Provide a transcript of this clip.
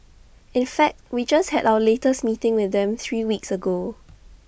in fact we just had our latest meeting with them three weeks ago